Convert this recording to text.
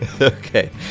Okay